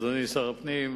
אדוני שר הפנים,